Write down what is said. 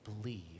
believe